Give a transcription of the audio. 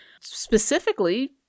specifically